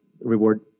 reward